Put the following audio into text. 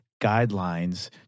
guidelines